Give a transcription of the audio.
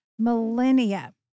millennia